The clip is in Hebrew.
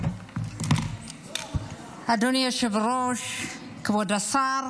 --- אדוני היושב-ראש, כבוד השר,